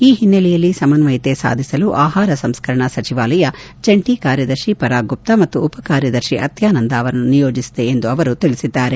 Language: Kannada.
ಈ ಹಿನ್ನೆಲೆಯಲ್ಲಿ ಸಮನ್ವಯತೆ ಸಾಧಿಸಲು ಆಹಾರ ಸಂಸ್ಕರಣಾ ಸಚಿವಾಲಯ ಜಂಟಿ ಕಾರ್ಯದರ್ಶಿ ಪರಾಗ್ ಗುಪ್ತ ಮತ್ತು ಉಪಕಾರ್ಯದರ್ಶಿ ಅತ್ಕಾನಂದ ಅವರನ್ನು ನಿಯೋಜಿಸಿದೆ ಎಂದು ಅವರು ತಿಳಿಸಿದ್ದಾರೆ